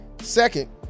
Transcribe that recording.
Second